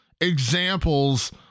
examples